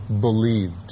believed